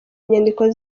inyandiko